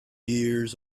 years